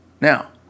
Now